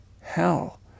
Hell